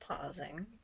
Pausing